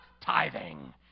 Tithing